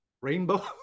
rainbow